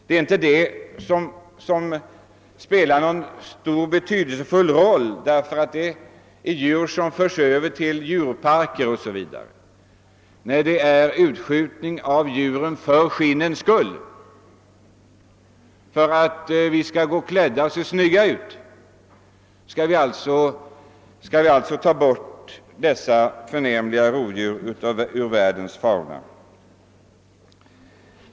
Denna verksamhet, som avser överförande av djur till djurparker 0. sS. v., spelar inte någon betydelsefull roll i detta sammanhang, vilket däremot är fallet med den utskjutning som pågår för skinnens skull. Vi utrotar alltså dessa förnämliga rovdjur från världens fauna för att kunna klä oss med deras vackra pälsar.